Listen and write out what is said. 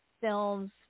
Films